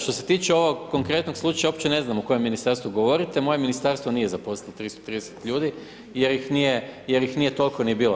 Što se tiče ovog konkretnog slučaja, uopće ne znam o kojem ministarstvu govorite, moje ministarstvo nije zaposlilo 330 ljude, jer ih nije toliko ni bilo.